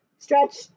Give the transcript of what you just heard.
stretch